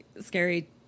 scary